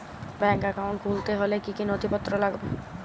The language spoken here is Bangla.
ব্যাঙ্ক একাউন্ট খুলতে হলে কি কি নথিপত্র লাগবে?